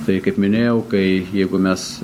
tai kaip minėjau kai jeigu mes